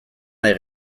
nahi